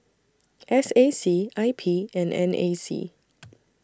S A C I P and N A C